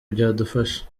byadufasha